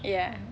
ya